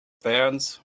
fans